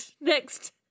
Next